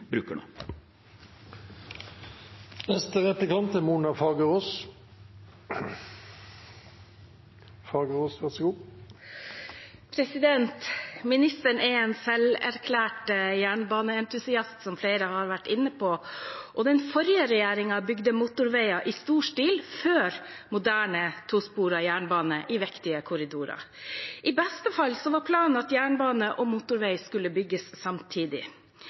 Ministeren er en selverklært jernbaneentusiast, som flere har vært inne på. Den forrige regjeringen bygde motorveier i stor stil før moderne tosporet jernbane i viktige korridorer. I beste fall var planen at jernbane og motorvei skulle bygges samtidig.